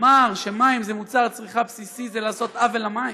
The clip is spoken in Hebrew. לומר שמים זה מוצר צריכה בסיסי זה לעשות עוול למים.